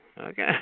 Okay